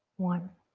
one.